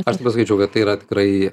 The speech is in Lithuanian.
aš tai pasakyčiau kad tai yra tikrąjį